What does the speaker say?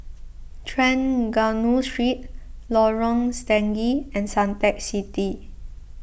Trengganu Street Lorong Stangee and Suntec City